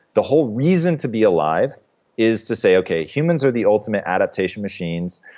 the whole reason to be alive is to say, okay, humans are the ultimate adaptation machines.